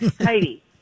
Heidi